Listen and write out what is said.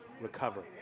recover